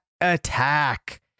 attack